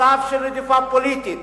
מצב של רדיפה פוליטית,